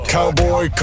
Cowboy